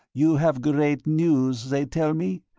you have great news, they tell me?